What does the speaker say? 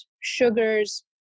sugars